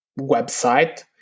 website